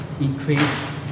increase